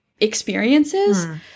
experiences